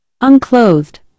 Unclothed